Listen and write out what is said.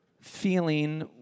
feeling